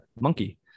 monkey